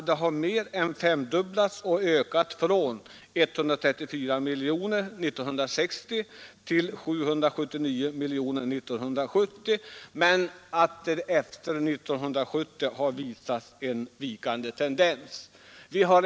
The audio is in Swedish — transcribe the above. De har mer än femdubblats och ökat från 134 miljoner kronor år 1960 till 779 miljoner kronor år 1970 men att tendensen efter år 1970 har varit vikande.